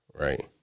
Right